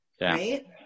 right